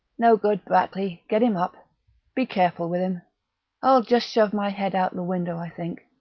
no good, brackley get him up be careful with him i'll just shove my head out of the window, i think.